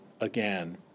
again